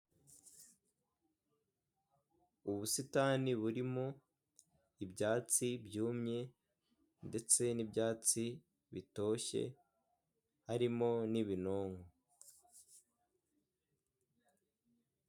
Ubusitani burimo ibyatsi byumye, ndetse n'ibyatsi bitoshye, harimo n'ibinonko.